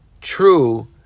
true